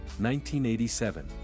1987